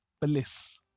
bliss